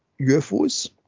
UFOs